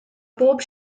bob